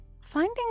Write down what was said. finding